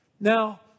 Now